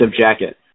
jacket